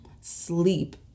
sleep